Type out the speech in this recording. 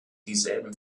dieselben